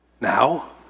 Now